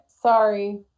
Sorry